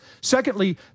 Secondly